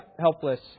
helpless